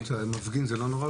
למפגין זה לא נורא,